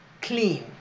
clean